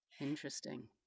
Interesting